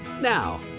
Now